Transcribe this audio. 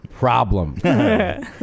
Problem